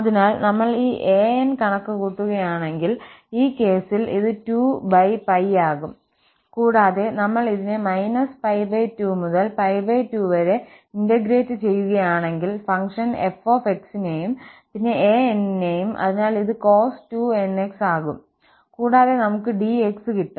അതിനാൽ നമ്മൾ ഈ an കണക്കുകൂട്ടുകയാണെങ്കിൽ ഈ കേസിൽ ഇത് 2ആകും കൂടാതെ നമ്മൾ ഇതിനെ −2മുതൽ 2 വരെ ഇന്റഗ്രേറ്റ് ചെയ്യുകയാണെങ്കിൽ ഫംഗ്ഷൻ f നെയും പിന്നെ an നെയും അതിനാൽ ഇത് cos 2nx ആകും കൂടാതെ നമുക് dx കിട്ടും